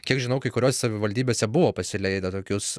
kiek žinau kai kuriose savivaldybėse buvo pasileidę tokius